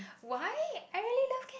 why I really love cat